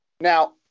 Now